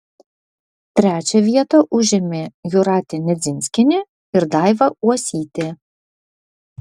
trečią vietą užėmė jūratė nedzinskienė ir daiva uosytė